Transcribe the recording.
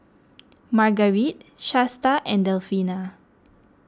Margarite Shasta and Delfina